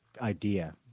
idea